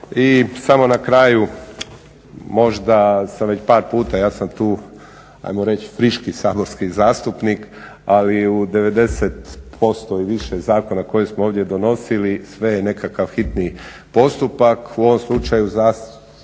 i samo na kraju možda sam već par puta, ja sam tu ajmo reć friški saborski zastupnik ali u 90% i više zakona koje smo ovdje donosili sve je nekakav hitni postupak. U ovom slučaju